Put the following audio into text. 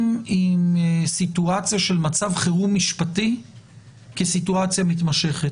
עם סיטואציה של מצב חירום משפטי כסיטואציה מתמשכת.